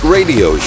Radio